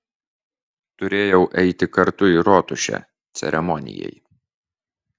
turėjau eiti kartu į rotušę ceremonijai